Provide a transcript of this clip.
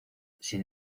sin